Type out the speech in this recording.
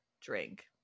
drink